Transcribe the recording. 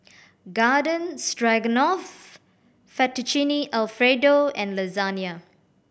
Garden Stroganoff Fettuccine Alfredo and Lasagne